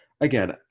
Again